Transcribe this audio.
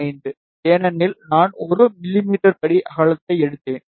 5 ஏனெனில் நான் 1 மிமீ படி அகலத்தை எடுத்தேன்